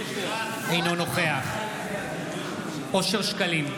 אינו נוכח אושר שקלים,